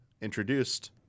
introduced